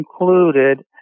included